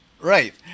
right